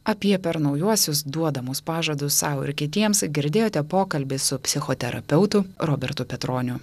apie per naujuosius duodamus pažadus sau ir kitiems girdėjote pokalbį su psichoterapeutu robertu petroniu